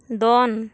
ᱫᱚᱱ